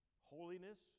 Holiness